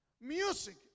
Music